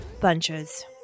bunches